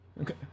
Okay